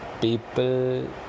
people